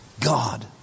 God